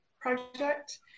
project